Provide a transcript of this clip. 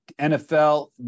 NFL